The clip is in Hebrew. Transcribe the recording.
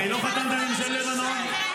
ההסכם לא היה עם ממשלת לבנון.